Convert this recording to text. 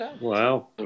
Wow